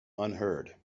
unheard